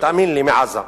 תאמין לי, מאשר בעזה.